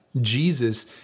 Jesus